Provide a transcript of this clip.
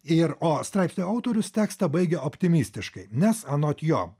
ir o straipsnio autorius tekstą baigia optimistiškai nes anot jo